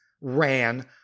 ran